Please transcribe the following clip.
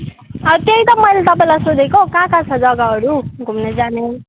त्यही त मैले तपाईँलाई सोधेको कहाँ कहाँ छ जग्गाहरू घुम्नु जाने